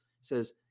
says